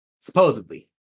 Supposedly